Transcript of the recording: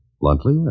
Bluntly